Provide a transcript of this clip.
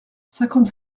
cinquante